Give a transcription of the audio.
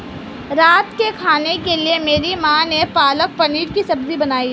रात के खाने के लिए मेरी मां ने पालक पनीर की सब्जी बनाई है